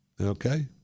okay